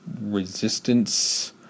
resistance